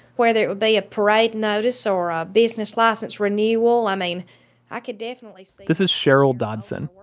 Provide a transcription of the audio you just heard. whether it would be a parade notice or a business license renewal, i mean i could definitely see this is cheryl dodson.